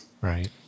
right